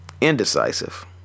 indecisive